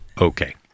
Okay